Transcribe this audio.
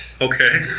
Okay